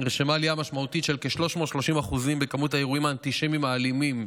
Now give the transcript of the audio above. נרשמה עלייה משמעותית של כ-330% במספר האירועים האנטישמיים האלימים.